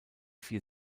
vier